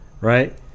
right